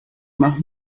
mache